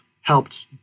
helped